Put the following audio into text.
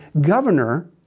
governor